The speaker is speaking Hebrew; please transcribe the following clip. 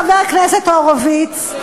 חבר הכנסת הורוביץ,